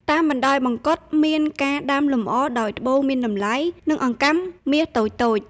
តាមបណ្តោយមកុដ មានការដាំលម្អដោយត្បូងមានតម្លៃ និងអង្កាំមាសតូចៗ។